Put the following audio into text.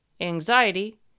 anxiety